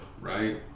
right